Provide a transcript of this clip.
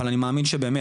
אבל אני מאמין שבאמת,